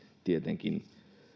tietenkin